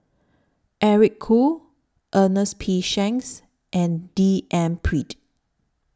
Eric Khoo Ernest P Shanks and D N Pritt